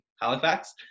Halifax